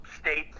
states